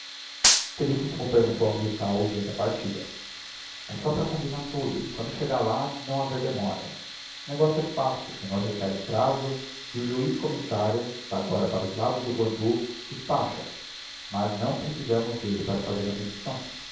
felicíssimo perguntou amilkau o dia da partida e só para combinar tudo e quando chegar lá não haver demora o negocio é fácil o senhor requer um prazo e o juiz commissario que está agora para os lados do guandu despacha mas não precisamos d'elle para fazer a medição